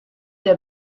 der